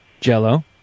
Jello